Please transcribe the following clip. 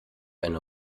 eine